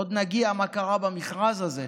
עוד נגיע למה שקרה במכרז הזה,